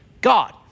God